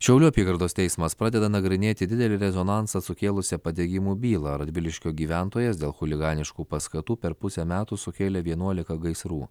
šiaulių apygardos teismas pradeda nagrinėti didelį rezonansą sukėlusią padegimo bylą radviliškio gyventojas dėl chuliganiškų paskatų per pusę metų sukėlė vienuolika gaisrų